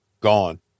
gone